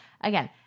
Again